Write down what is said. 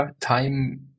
time